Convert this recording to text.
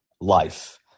life